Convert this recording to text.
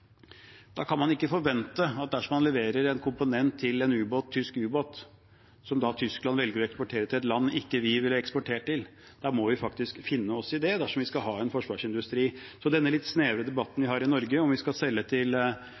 Dersom man leverer en komponent til en tysk ubåt – som da Tyskland velger å eksportere til et land vi ikke ville ha eksportert til – så må vi faktisk finne oss i det dersom vi skal ha en forsvarsindustri. Det er en litt snever debatt vi har i Norge – om vi skal selge til